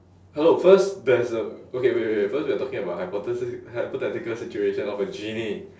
hello first there's a okay wait wait first we're talking about hypothesis hypothetical situation of a genie